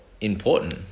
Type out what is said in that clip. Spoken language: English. important